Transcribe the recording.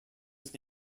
his